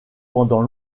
pendant